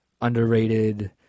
underrated